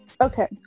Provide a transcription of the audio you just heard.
Okay